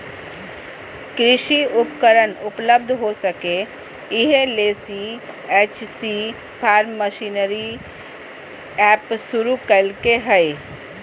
कृषि उपकरण उपलब्ध हो सके, इहे ले सी.एच.सी फार्म मशीनरी एप शुरू कैल्के हइ